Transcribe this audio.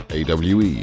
AWE